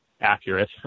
accurate